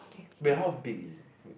wait how big is it wait